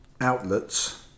outlets